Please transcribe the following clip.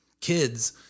kids